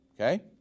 Okay